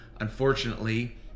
unfortunately